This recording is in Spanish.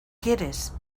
quieres